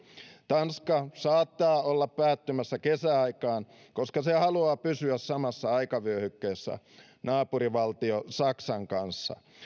tanska saattaa olla päätymässä kesäaikaan koska se haluaa pysyä samassa aikavyöhykkeessä naapurivaltio saksan kanssa